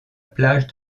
plage